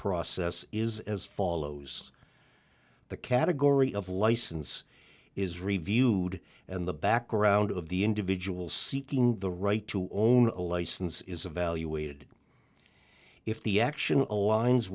process is as follows the category of license is reviewed and the background of the individual seeking the right to own a license is evaluated if the action aligns